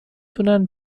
تونن